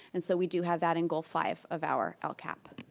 and so we do have that end goal five of our our lcap.